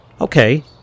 Okay